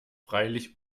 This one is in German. freilich